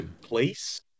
Place